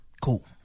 Cool